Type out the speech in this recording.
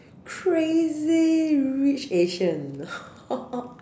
crazy rich Asians